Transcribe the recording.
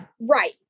Right